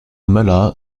möller